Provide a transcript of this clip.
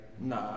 Nah